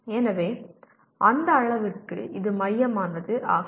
எனவே அந்த அளவிற்கு இது மையமானது ஆகும்